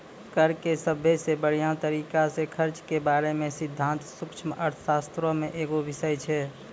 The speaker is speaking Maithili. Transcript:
कर के सभ्भे से बढ़िया तरिका से खर्च के बारे मे सिद्धांत सूक्ष्म अर्थशास्त्रो मे एगो बिषय छै